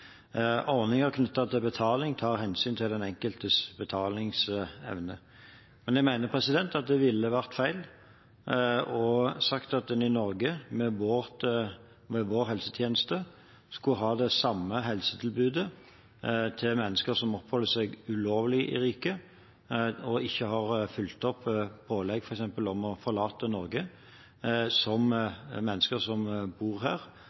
til betaling tar hensyn til den enkeltes betalingsevne. Jeg mener det ville vært feil å si at en i Norge, med vår helsetjeneste, skulle ha det samme helsetilbudet til mennesker som oppholder seg ulovlig i riket og ikke har fulgt opp pålegg om f.eks. å forlate Norge, som til mennesker som bor her,